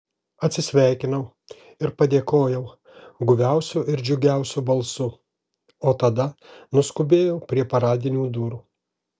atsisveikinau ir padėkojau guviausiu ir džiugiausiu balsu o tada nuskubėjau prie paradinių durų